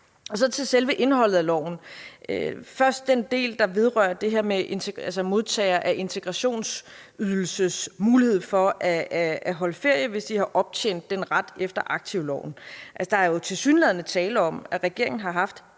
Så er der selve indholdet af loven. Først er der den del, der vedrører integrationsydelsesmodtageres mulighed for at holde ferie, hvis de har optjent den ret efter aktivloven. Altså, der er jo tilsyneladende tale om, at regeringen har haft